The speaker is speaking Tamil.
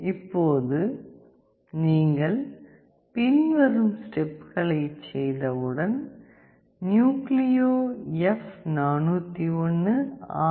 இப்போது நீங்கள் பின்வரும் ஸ்டெப்களைச் செய்தவுடன் நியூக்ளியோ எப்401ஆர்